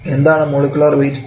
എന്താണ് molecular wait